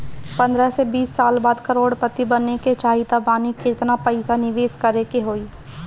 पंद्रह से बीस साल बाद करोड़ पति बने के चाहता बानी केतना पइसा निवेस करे के होई?